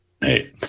hey